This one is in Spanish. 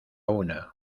una